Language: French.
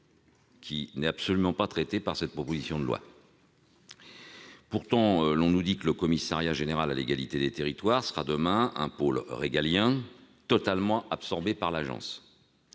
qui n'est absolument pas traitée par cette proposition de loi. Pourtant, l'on nous dit que le commissariat général à l'égalité des territoires sera demain, sauf son pôle régalien, totalement absorbé par l'Agence.